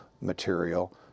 material